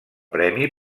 premi